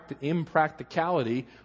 impracticality